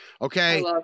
okay